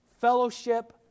fellowship